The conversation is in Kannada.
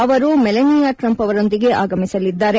ಅವರು ಮೆಲನಿಯಾ ಟ್ರಂಪ್ ಅವರೊಂದಿಗೆ ಆಗಮಿಸಲಿದ್ದಾರೆ